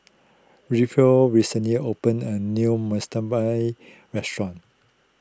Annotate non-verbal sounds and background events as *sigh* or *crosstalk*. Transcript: *unintelligible* recently opened a new *unintelligible* restaurant